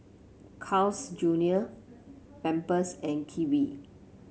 Carl's Junior Pampers and Kiwi